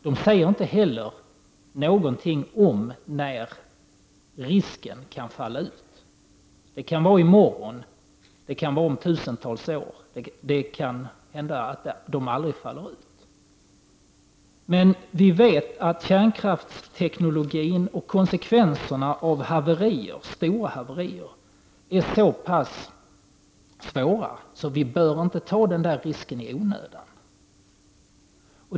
De säger inte heller någonting om när risken så att säga kan falla ut. Det kan vara i morgon, det kan vara om tusentals år, och det kan hända att så aldrig sker. Men vi vet att kärnkraftsteknologin är sådan att konsekvenserna av stora haverier blir så pass allvarliga att vi inte bör ta denna risk i onödan.